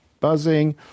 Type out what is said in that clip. Buzzing